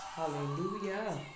Hallelujah